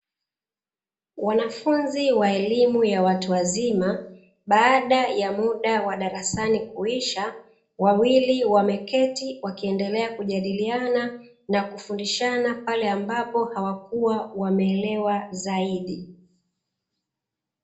Wanafunzi wa elimu ya watu wazima baada ya muda wa darasani kuisha, wawili wameketi wakiendelea kujdiliana na kufundishana pale ambapo hawakuwa wameelewa zaidi.